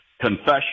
confession